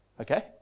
okay